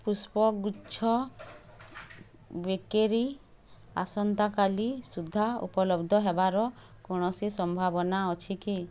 ପୁଷ୍ପଗୁଚ୍ଛ ବେକେରୀ ଆସନ୍ତା କାଲି ସୁଦ୍ଧା ଉପଲବ୍ଧ ହେବାର କୌଣସି ସମ୍ଭାବନା ଅଛି କି